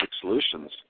solutions